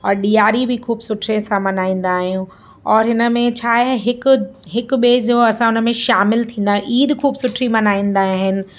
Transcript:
और ॾियारी बि ख़ूब सुठे सां मल्हाईंदा आहियूं और हिन में छा आहे हिक हिक ॿिए जो असां हुन में शामिल थींदा आहियूं ईद ख़ूब सुठी मल्हाईंदा आहिनि